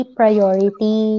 priority